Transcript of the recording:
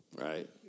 right